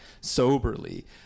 soberly